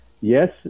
yes